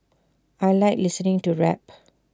I Like listening to rap